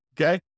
Okay